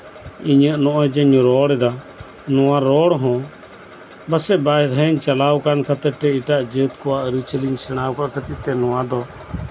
ᱤᱧᱟᱹᱜ ᱱᱚᱜᱼᱚᱭ ᱡᱮᱧ ᱨᱚᱲᱫᱟ ᱚᱱᱟ ᱨᱚᱲ ᱦᱚᱸ ᱯᱟᱥᱮᱡ ᱵᱟᱨᱦᱮᱧ ᱪᱟᱞᱟᱣ ᱠᱟᱱ ᱠᱷᱟᱹᱛᱚᱨ ᱛᱮ ᱮᱴᱟᱜ ᱡᱟᱹᱛ ᱠᱚᱣᱟᱜ ᱟᱹᱨᱤᱪᱟᱞᱤᱧ ᱥᱮᱬᱟᱣ ᱠᱟᱫ ᱠᱷᱟᱹᱛᱤᱨ ᱛᱮ ᱱᱚᱣᱟ ᱫᱚ